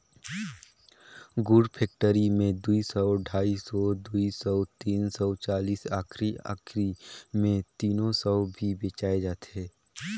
गुर फेकटरी मे दुई सौ, ढाई सौ, दुई सौ तीस चालीस आखिरी आखिरी मे तीनो सौ भी बेचाय जाथे